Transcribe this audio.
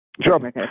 Sure